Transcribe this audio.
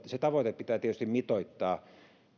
se tavoite pitää tietysti mitoittaa